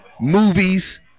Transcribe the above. movies